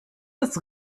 das